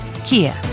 Kia